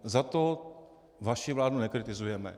Za to vaši vládu nekritizujeme.